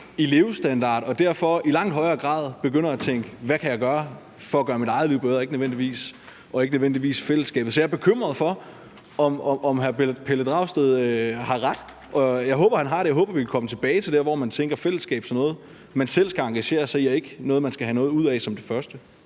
og at man derfor i langt højere grad begynder at tænke, hvad man kan gøre for at gøre sit eget liv bedre, og ikke nødvendigvis tænker på fællesskabet. Så jeg er bekymret for, om hr. Pelle Dragsted har ret. Jeg håber, at han har det, og jeg håber, at vi kan komme tilbage dertil, hvor man tænker på fællesskabet som noget, man selv skal engagere sig i, og ikke noget, man skal have noget ud af som det første.